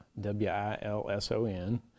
W-I-L-S-O-N